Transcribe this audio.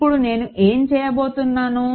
ఇప్పుడు నేను ఏమి చేయబోతున్నాను